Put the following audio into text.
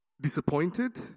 disappointed